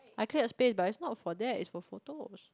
I clear a space but it's not for that is for photos